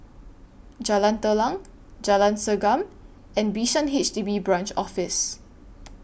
Jalan Telang Jalan Segam and Bishan H D B Branch Office